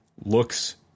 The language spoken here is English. looks